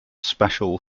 special